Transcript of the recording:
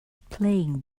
playing